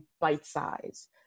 bite-sized